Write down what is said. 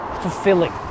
fulfilling